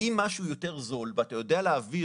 אם משהו הוא יותר זול ואתה יודע להעביר